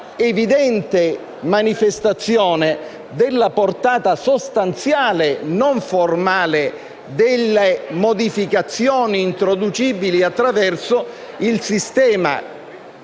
l'evidente manifestazione della portata sostanziale, non formale, delle modificazioni introducibili attraverso il sistema